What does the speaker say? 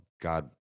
God